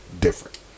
different